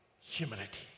humility